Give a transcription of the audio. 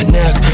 neck